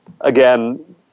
again